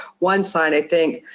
one sign, i think